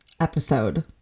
episode